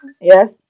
Yes